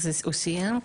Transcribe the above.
הוא סיים?